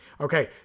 Okay